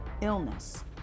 illness